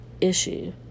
issue